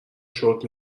شرت